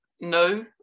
no